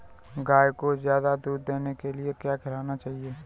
गाय को ज्यादा दूध देने के लिए क्या खिलाना चाहिए?